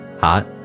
hot